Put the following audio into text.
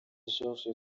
george